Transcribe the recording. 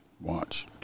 Watch